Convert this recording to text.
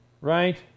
Right